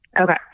okay